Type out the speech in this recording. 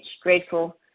grateful